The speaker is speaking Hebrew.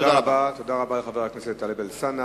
תודה רבה לחבר הכנסת טלב אלסאנע.